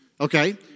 Okay